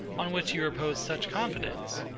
on which you repose such confidence.